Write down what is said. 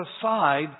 aside